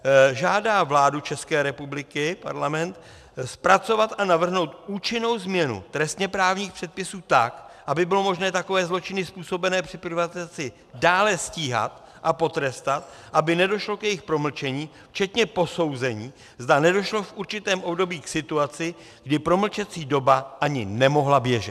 2. žádá vládu České republiky zpracovat a navrhnout účinnou změnu trestněprávních předpisů tak, aby bylo možné takové zločiny způsobené při privatizaci dále stíhat a potrestat, aby nedošlo k jejich promlčení, včetně posouzení, zda nedošlo v určitém období k situaci, kdy promlčecí doba ani nemohla běžet.